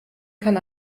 kann